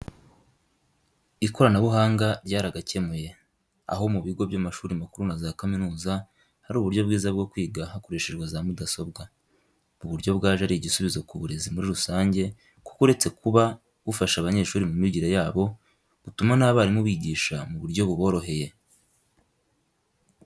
Ikoranabuhanga ryaragakemuye, aho mu bigo by'amashuri makuru na za kaminuza hari uburyo bwiza bwo kwiga hakoreshejwe za mudasobwa. Ubu buryo bwaje ari igisubizo ku burezi muri rusange kuko uretse kuba bufasha abanyeshuri mu myigire yabo, butuma n'abarimu bigisha mu buryo buboroheye.